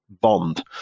bond